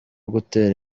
gutera